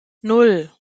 nan